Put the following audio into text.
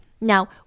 Now